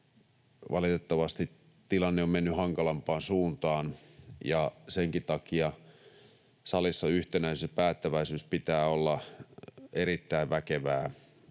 valitettavasti tilanne on mennyt hankalampaan suuntaan, ja senkin takia salissa yhtenäisyyden ja päättäväisyyden pitää olla erittäin väkevää.